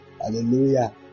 Hallelujah